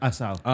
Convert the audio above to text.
Asal